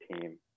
team